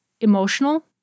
emotional